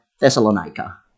Thessalonica